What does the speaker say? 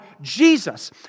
Jesus